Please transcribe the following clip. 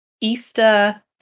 Easter